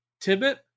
Tibbet